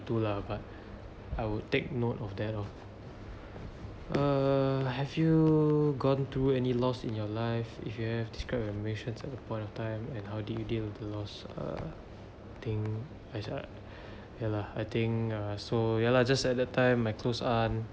to lah but I would take note of that lor err have you gone through any loss in your life if you have describe your emotions at the point of time and how do you deal with the loss err think ya lah I think lah so ya lah just at that time my close aunt